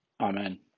Amen